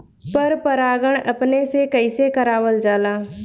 पर परागण अपने से कइसे करावल जाला?